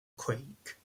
creek